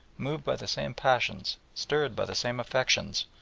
moved by the same passions, stirred by the same affections,